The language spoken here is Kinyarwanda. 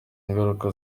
ngaruka